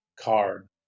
card